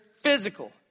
physical